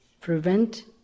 prevent